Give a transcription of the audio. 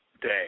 day